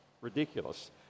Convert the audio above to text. ridiculous